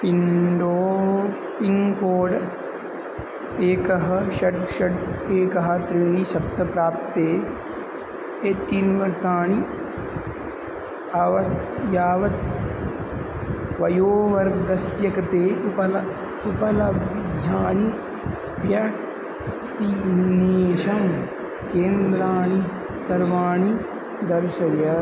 पिन्डो pincode एकं षट् षट् एकं त्रीणि सप्त प्रान्ते एकं तीन् वर्षाणि यावत् यावत् वयोवर्गस्य कृते उपलभ्यं उपलभ्यानि व्याक्सिनेषं केन्द्राणि सर्वाणि दर्शय